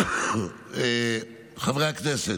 חברי הכנסת,